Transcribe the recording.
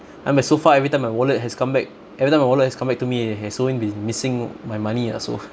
I mean by so far every time my wallet has come back every time my wallet has come back to me and has always been missing my money ah also